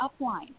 upline